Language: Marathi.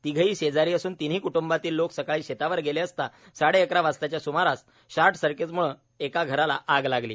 तिघेही शेजारी असून तिन्ही क्टुंबातील लोक सकाळी शेतावर गेले असता साडेअकरा वाजताच्या सुमारास शॉर्ट सर्किटमुळे एका घराला आग लागली